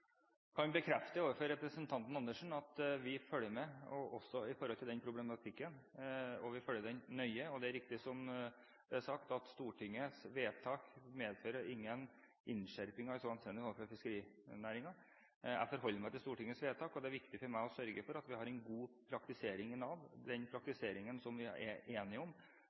kan bekrefte overfor representanten Andersen at vi følger med, også når det gjelder den problematikken. Vi følger den nøye, og det er riktig som det er sagt: Stortingets vedtak medfører ingen innskjerping overfor fiskerinæringen i så henseende. Jeg forholder meg til Stortingets vedtak, og det er viktig for meg å sørge for at vi har den praktiseringen som vi er enige om